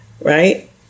right